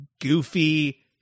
goofy